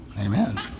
Amen